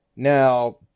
Now